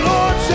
Lord